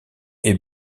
est